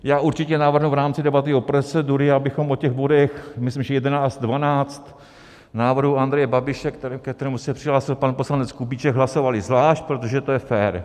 Já určitě navrhnu v rámci debaty a procedury, abychom o těch bodech, myslím, 11, 12 návrhu Andreje Babiše, ke kterému se přihlásil pan poslanec Kubíček, hlasovali zvlášť, protože to je fér.